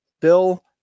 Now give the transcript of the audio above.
Bill